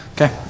Okay